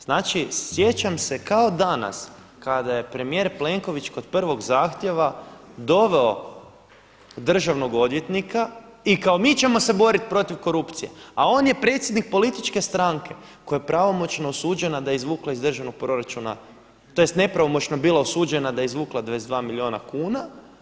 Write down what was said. Znači sjećam se kao danas kada je premijer Plenković kod prvog zahtjeva doveo državnog odvjetnika i kao mi ćemo se borit protiv korupcije, a on je predsjednik političke stranke koja je pravomoćno osuđena da je izvukla iz državnog proračuna, tj. nepravomoćno bila osuđena da je izvukla 22 milijuna kuna.